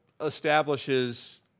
establishes